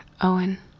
Owen